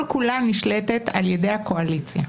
שכל כולה נשלטת על ידי הקואליציה,